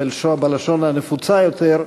בלשון הנפוצה יותר,